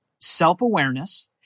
self-awareness